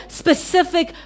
specific